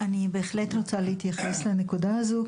אני בהחלט רוצה להתייחס לנקודה הזו.